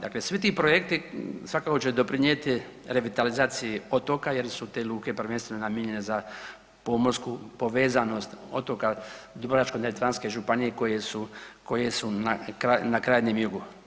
Dakle, svi ti projekti svakako će doprinijeti revitalizaciji otoka jer su te luke prvenstveno namijenjene za pomorsku povezanost otoka Dubrovačko-neretvanske županije koje su, koje su na krajnjem jugu.